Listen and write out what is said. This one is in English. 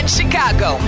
Chicago